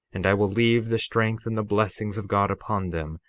and i will leave the strength and the blessings of god upon them,